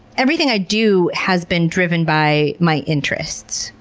everything i do has been driven by my interests,